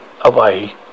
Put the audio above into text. away